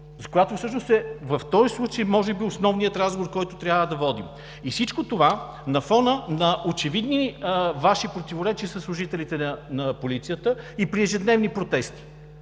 за която всъщност в този случай е основният разговор, който трябва да водим. Всичко това на фона на очевидни Ваши противоречия със служителите на полицията и при ежедневни протести!